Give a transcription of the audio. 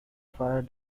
fire